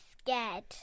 scared